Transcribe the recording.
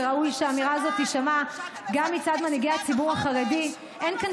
וראוי שהאמירה הזאת תישמע גם מצד מנהיגי הציבור החרדי: אין כאן